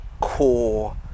core